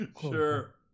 Sure